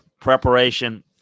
preparation